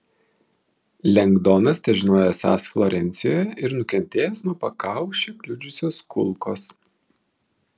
lengdonas težinojo esąs florencijoje ir nukentėjęs nuo pakaušį kliudžiusios kulkos